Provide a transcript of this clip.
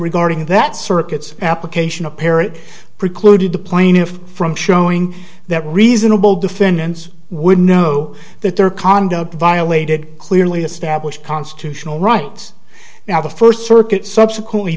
regarding that circuits application apparently precluded the plaintiff from showing that reasonable defendants would know that their conduct violated clearly established constitutional rights now the first circuit subsequently